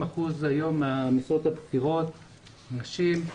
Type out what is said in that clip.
היום 60 אחוזים מהמשרות הבכירות מאוישות על ידי נשים.